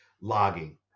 logging